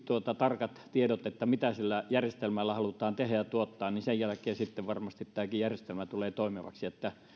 tarkat tiedot mitä sillä järjestelmällä halutaan tehdä ja tuottaa sen jälkeen sitten varmasti tämäkin järjestelmä tulee toimivaksi eli